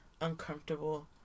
uncomfortable